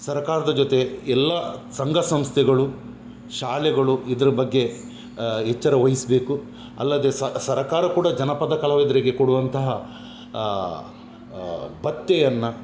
ಸರಕಾರದ ಜೊತೆ ಎಲ್ಲಾ ಸಂಘ ಸಂಸ್ಥೆಗಳು ಶಾಲೆಗಳು ಇದ್ರ ಬಗ್ಗೆ ಎಚ್ಚರ ವಹಿಸ್ಬೇಕು ಅಲ್ಲದೆ ಸ ಸರಕಾರ ಕೂಡ ಜನಪದ ಕಲಾವಿದರಿಗೆ ಕೊಡುವಂತಹ ಭತ್ಯೆಯನ್ನ